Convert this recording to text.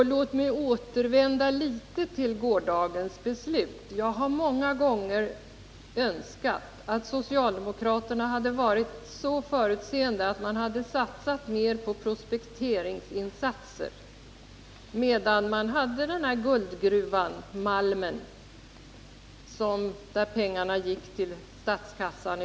Låt mig återvända något till gårdagens beslut. Jag har många gånger önskat att socialdemokraterna hade varit så förutseende att de hade satsat mer på prospekteringsinsatser, medan man hade den här guldgruvan — malmen. Pengarna från denna gick i väldigt hög grad till statskassan.